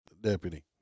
deputy